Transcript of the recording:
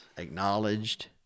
acknowledged